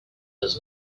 does